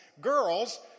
girls